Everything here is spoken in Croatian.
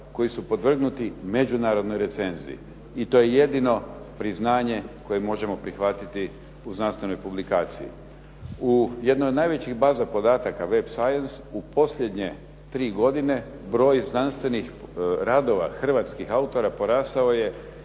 koji su podvrgnuti međunarodnoj recenziji i to je jedino priznanje koje možemo prihvatiti u znanstvenoj publikaciji. U jednoj od najvećih baza podatka, web science, u posljednje tri godine, broj znanstvenih radova hrvatskih autora porasao je